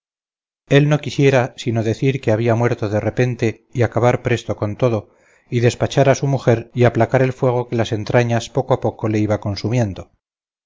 él no quisiera sino decir que había muerto de repente y acabar presto con todo y despachar a su mujer y aplacar el fuego que las entrañas poco a poco le iba consumiendo